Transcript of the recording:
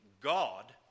God